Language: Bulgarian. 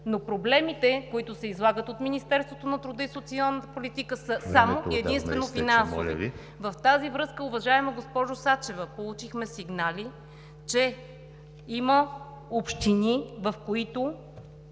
Проблемите, които обаче се излагат от Министерството на труда и социалната политика, са само и единствено финансови. В тази връзка, уважаема госпожо Сачева, получихме сигнали, че има общини, в които